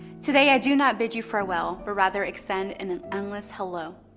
today, i do not bid you farewell, but rather extend an an endless hello.